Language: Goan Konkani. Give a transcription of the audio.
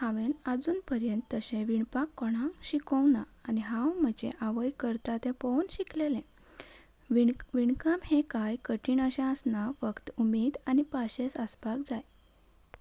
हांवें आजून पर्यंत तशें विणपाक कोणाक शिकोंक ना आनी हांव म्हजें आवय करता तें पळोवन शिकलेलें विण विणकाम हें कांय कठीण अशें आसना फक्त उमेद आनी पाशेंस आसपाक जाय